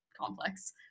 complex